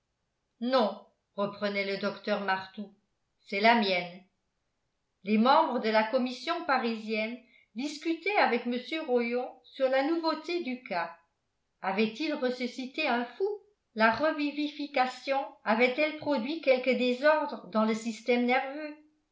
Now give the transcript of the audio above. non reprenait le docteur martout c'est la mienne les membres de la commission parisienne discutaient avec mr rollon sur la nouveauté du cas avaient-ils ressuscité un fou la revivification avait-elle produit quelques désordres dans le système nerveux